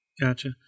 Gotcha